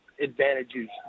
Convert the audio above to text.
advantages